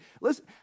Listen